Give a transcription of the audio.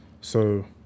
So-